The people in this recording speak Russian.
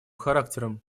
характером